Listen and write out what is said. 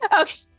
Okay